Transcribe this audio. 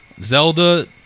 Zelda